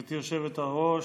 גברתי היושבת-ראש,